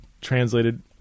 translated